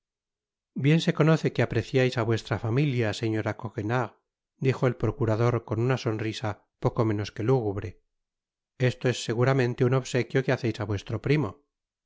bien se conoce que apreciais á vuestra familia señora coquenard dijo el procurador con una sonrisa poco menos que lúgubre esto es seguramente un obsequio que baceis á vuestro primo